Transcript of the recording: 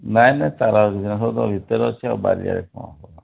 ନାଁଇ ନାଇଁ ତାର ସବୁ ତ ଭିତରେ ଅଛି ବାଡ଼ି ଆଡ଼େ ଆଉ କ'ଣ